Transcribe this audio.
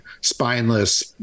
spineless